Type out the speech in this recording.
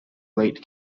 late